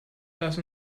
lass